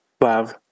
Love